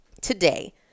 today